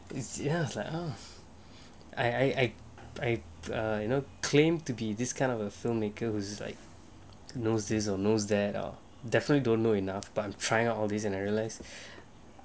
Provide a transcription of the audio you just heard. you see us like uh I I I uh you know claim to be this kind of a filmmaker which is like knows this or knows that definitely don't know enough but I'm trying out all these and I realise